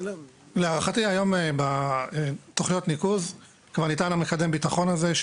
להערכתי היום בתוכניות הניקוז כבר ניתן מקדם הביטחון הזה,